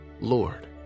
Lord